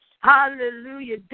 Hallelujah